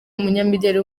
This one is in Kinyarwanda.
umunyamideli